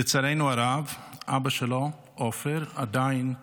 לצערנו הרב, אבא שלו עופר עדיין בשבי,